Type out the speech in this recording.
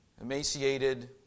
emaciated